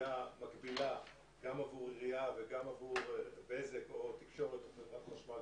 שגבייה מקבילה גם עבור עירייה וגם עבור בזק או תקשורת או חברת חשמל,